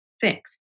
fix